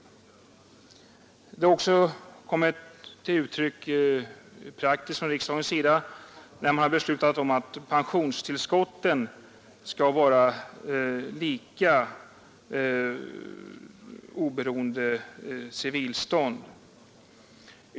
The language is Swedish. En sådan uppfattning har också kommit till uttryck praktiskt från riksdagens sida när man har beslutat att pensionstillskotten skall vara lika oberoende av civilstånd.